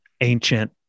ancient